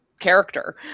character